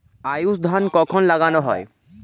আউশ ধান কখন লাগানো হয়?